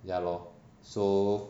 ya lor so